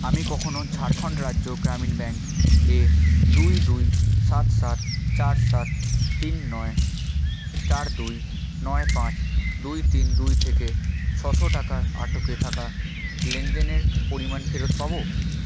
আমি কখনও ঝাড়খণ্ড রাজ্য গ্রামীণ ব্যাঙ্ক এ দুই দুই সাত সাত চার সাত তিন নয় চার দুই নয় পাঁচ দুই তিন দুই থেকে ছশো টাকার আটকে থাকা লেনদেনের পরিমাণ ফেরত পাবো